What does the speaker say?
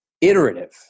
iterative